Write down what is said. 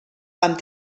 amb